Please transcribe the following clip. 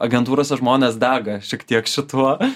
agentūrose žmonės dega šiek tiek šituo